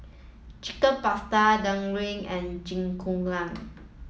Chicken Pasta and Jingisukan